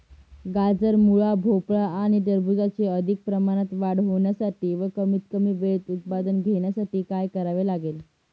गाजर, मुळा, भोपळा आणि टरबूजाची अधिक प्रमाणात वाढ होण्यासाठी व कमीत कमी वेळेत उत्पादन घेण्यासाठी काय करावे लागेल?